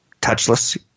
touchless